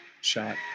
shot